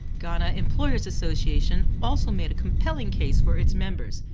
ghana employers' association also made a compelling case for its members,